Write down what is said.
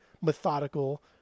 methodical